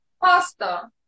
Pasta